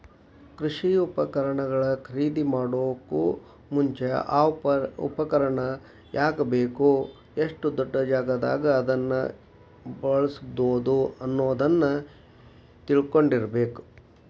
ಕೃಷಿ ಉಪಕರಣ ಖರೇದಿಮಾಡೋಕು ಮುಂಚೆ, ಆ ಉಪಕರಣ ಯಾಕ ಬೇಕು, ಎಷ್ಟು ದೊಡ್ಡಜಾಗಾದಾಗ ಅದನ್ನ ಬಳ್ಸಬೋದು ಅನ್ನೋದನ್ನ ತಿಳ್ಕೊಂಡಿರಬೇಕು